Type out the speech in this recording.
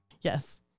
Yes